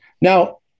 Now